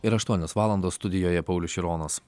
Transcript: ir aštuonios valandos studijoje paulius šironas